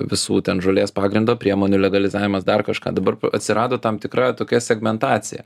visų ten žolės pagrindo priemonių legalizavimas dar kažką dabar atsirado tam tikra tokia segmentacija